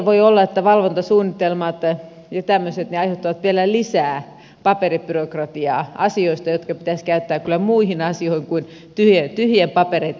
voi olla että valvontasuunnitelmat ja tämmöiset aiheuttavat vielä lisää paperibyrokratiaa asioista jotka pitäisi käyttää kyllä muihin asioihin kuin tyhjien papereitten tekemiseen